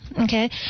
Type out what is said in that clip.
okay